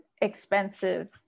expensive